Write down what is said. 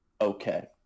okay